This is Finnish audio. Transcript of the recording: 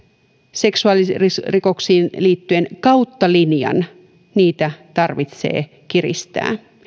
seksuaalirikoksiin liittyen kautta linjan tarvitsee kiristää